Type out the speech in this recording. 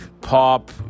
pop